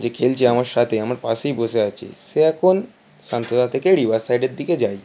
যে খেলছে আমার সাথে আমার পাশেই বসে আছে সে এখন সান্তজা থেকে রিভারসাইডের দিকে যাই